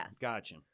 Gotcha